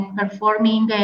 performing